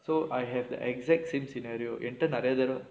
so I have the exact same scenario in turn like that know